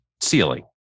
ceiling